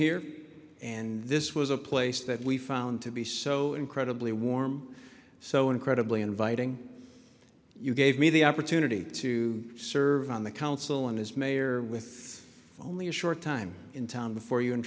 here and this was a place that we found to be so incredibly warm so incredibly inviting you gave me the opportunity to serve on the council and as mayor with only a short time in town before you and